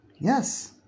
Yes